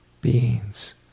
beings